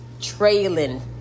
trailing